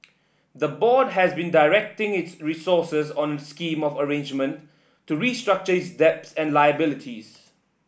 the board has been directing its resources on a scheme of arrangement to restructure its debts and liabilities